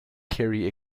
carry